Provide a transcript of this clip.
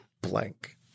blank